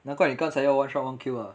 难怪你刚才要 one shot one kill lah